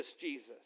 Jesus